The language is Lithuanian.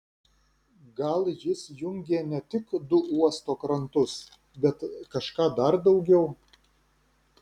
gal jis jungė ne tik du uosto krantus bet kažką dar daugiau